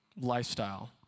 lifestyle